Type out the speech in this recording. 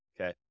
Okay